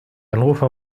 anrufer